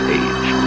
age